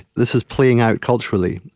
this is playing out, culturally,